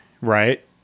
right